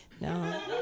no